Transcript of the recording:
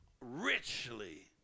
richly